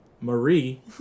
Marie